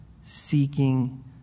seeking